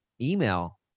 email